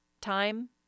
time